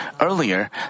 Earlier